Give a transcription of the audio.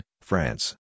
France